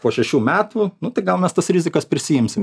po šešių metų nu tai gal mes tas rizikas prisiimsim